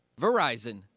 Verizon